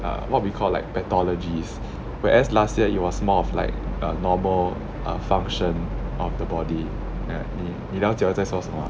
uh what we call like pathologies whereas last year it was more of like a normal uh function of the body ya 你了解我在说什么 ah